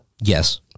Yes